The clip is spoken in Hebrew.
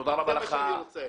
זה מה שאני רוצה.